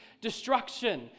destruction